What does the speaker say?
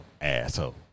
asshole